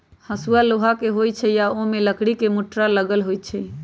हसुआ लोहा के होई छई आ ओमे लकड़ी के मुठरा लगल होई छई